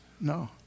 No